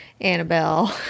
Annabelle